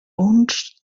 uns